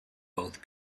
both